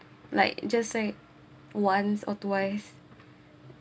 like just say once or twice